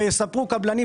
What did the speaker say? יספרו לך קבלנים,